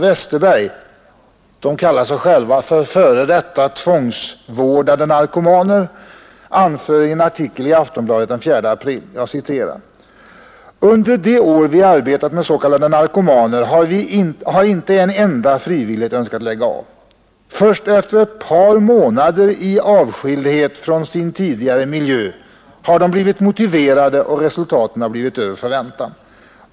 Westerberg anför i en artikel i Aftonbladet den 4 april: ”Under de år vi arbetat med s.k. narkomaner har inte en enda frivilligt önskat lägga av. Först efter ett par månader i avskildhet från sin tidigare miljö har de blivit motiverade och resultaten över förväntan.